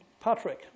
Patrick